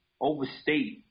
overstate